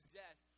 death